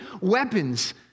weapons